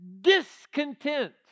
Discontent